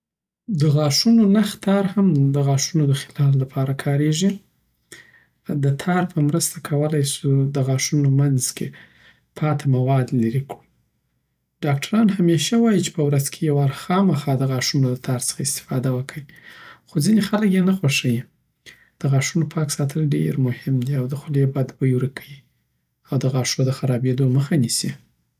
د غاښونو نخ تار هم د غاښونو دخلال دپاره کاریږی دتار په مرسته کولای سو د غاښونو منځ کی پاتی مواد لری کړو ډاکتران همیشه وایی چی په ورځ کی یو وار خامخا دغاشونو دتار څخه استفاده وکړی خو ځینی خلک یی نه خوښیی دغاښونو پاک ساتل ډيره مهم دی او دخولی بد بوی ورکوی او دغاښونو دخرابیدو مخه نیسی